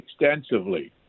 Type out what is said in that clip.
extensively